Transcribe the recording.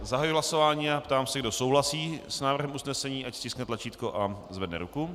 Zahajuji hlasování a ptám se, kdo souhlasí s návrhem usnesení, ať stiskne tlačítko a zvedne ruku.